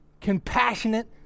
compassionate